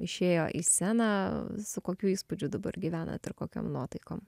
išėjo į sceną su kokiu įspūdžiu dabar gyvenat ir kokiom nuotaikom